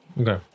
Okay